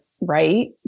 right